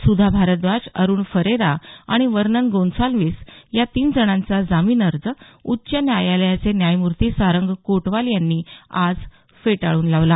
सुधा Bharadwaj Arun Ferreira आणि Vernon Gonsalves या तीन जणांचा जामीन अर्ज उच्च न्यायालयाचे न्यायमूर्ती सारंग कोटवाल यांनी आज फेटाळून लावला